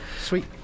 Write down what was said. Sweet